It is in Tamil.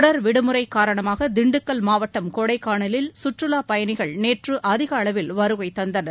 தொடர் விடுமுறை காரணமாக திண்டுக்கல் மாவட்டம் கொடைக்கானலில் சுற்றுலா பயணிகள் நேற்று அதிகளவில் வருகை தந்தனர்